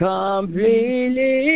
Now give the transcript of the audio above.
Completely